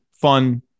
fun